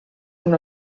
una